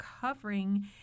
covering